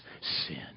sin